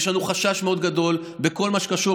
ולכן יש לנו חשש מאוד גדול בכל מה שקשור